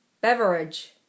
beverage